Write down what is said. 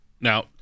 Now